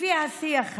לפי השיח הזה.